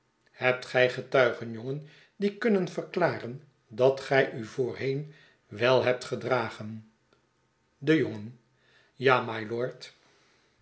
hebt gij getuigen jongen die kunnen verklaren dat gij u voorheen wel hebt gedragen de jongen ja mylord